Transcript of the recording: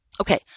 okay